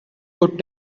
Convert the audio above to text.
could